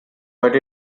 but